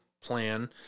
plan